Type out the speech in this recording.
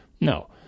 No